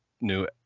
new